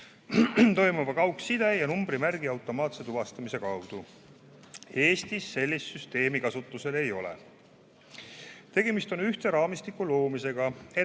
toimuva kaugside ja numbrimärgi automaatse tuvastamise kaudu. Eestis sellist süsteemi kasutusel ei ole. Tegemist on ühtse raamistiku loomisega,